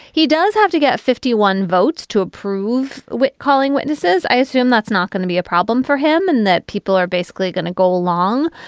he does have to get fifty one votes to approve calling witnesses. i assume that's not going to be a problem for him and that people are basically going to go along.